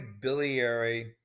biliary